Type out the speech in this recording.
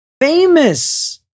famous